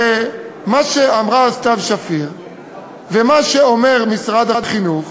הרי מה שאמרה סתיו שפיר ומה שאומר משרד החינוך